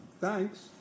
thanks